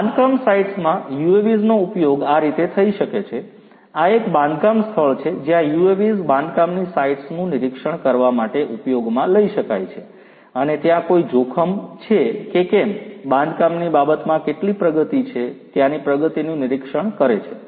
બાંધકામ સાઇટ્સમાં UAVs નો ઉપયોગ આ રીતે થઈ શકે છે આ એક બાંધકામ સ્થળ છે જ્યાં UAVs બાંધકામની સાઇટ્સનું નિરીક્ષણ કરવા માટે ઉપયોગમાં લઈ શકાય છે અને ત્યાં કોઈ જોખમ છે કે કેમ બાંધકામની બાબતમાં કેટલી પ્રગતિ છે ત્યાંની પ્રગતિનું નિરીક્ષણ કરે છે